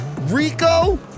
Rico